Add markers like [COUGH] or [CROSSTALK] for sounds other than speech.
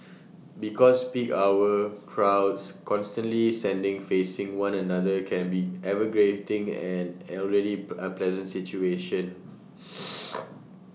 because peak hour crowds constantly standing facing one another can be [UNINTELLIGIBLE] an already [UNINTELLIGIBLE] unpleasant situation [NOISE]